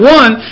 one